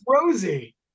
Rosie